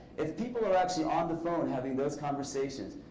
if people are actually on the phone having those conversations,